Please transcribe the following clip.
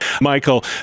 Michael